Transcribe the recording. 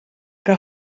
que